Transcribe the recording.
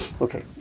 Okay